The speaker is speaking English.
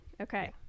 Okay